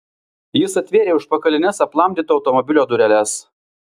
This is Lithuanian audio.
jis atvėrė užpakalines aplamdyto automobilio dureles